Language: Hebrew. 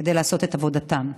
מלעשות את עבודתם,